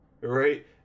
right